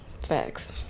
Facts